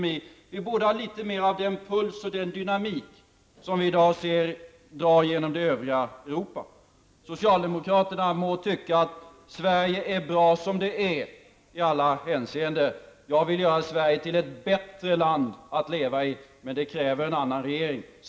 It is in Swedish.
Vi borde ha litet mer av den puls och dynamik som vi i dag ser dra fram över det övriga Europa. Socialdemokraterna må tycka att Sverige är bra som det är i alla hänseenden. Jag vill göra Sverige till ett bättre land att leva i, men det kräver en annan regering.